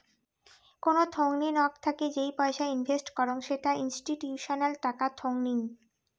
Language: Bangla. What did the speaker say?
কোন থোংনি নক থাকি যেই পয়সা ইনভেস্ট করং সেটা ইনস্টিটিউশনাল টাকা টঙ্নি